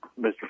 Mr